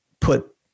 put